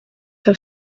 have